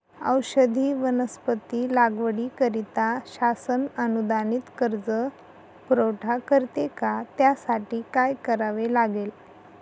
औषधी वनस्पती लागवडीकरिता शासन अनुदानित कर्ज पुरवठा करते का? त्यासाठी काय करावे लागेल?